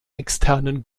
externen